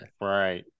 right